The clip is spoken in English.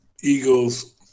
Eagles